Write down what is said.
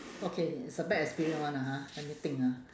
okay it's a bad experience one lah ha let me think ah